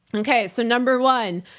okay, so number one,